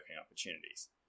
opportunities